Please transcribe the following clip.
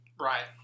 Right